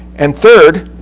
and third,